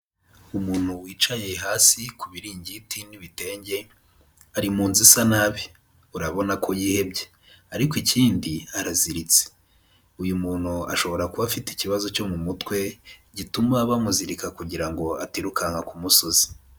Umuntu wicaye hasi ku biringiti n'ibitenge, ari mu nzu isa nabi, urabona ko yihebye ariko ikindi araziritse, uyu muntu ashobora kuba afite ikibazo cyo mu mutwe gituma bamuzirika kugira ngo atirukanka ku musozi.